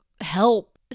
help